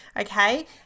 Okay